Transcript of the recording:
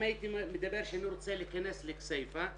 אם הייתי אומר שאני רוצה להיכנס לכסייפה,